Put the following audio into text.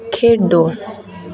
खेड्डो